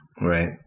Right